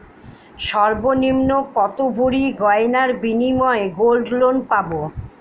সর্বনিম্ন কত ভরি গয়নার বিনিময়ে গোল্ড লোন পাব?